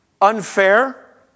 unfair